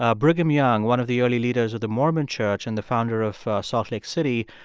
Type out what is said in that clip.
ah brigham young, one of the early leaders of the mormon church and the founder of salt lake city,